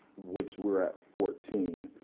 which were at fourteen.